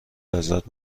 لذت